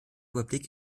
überblick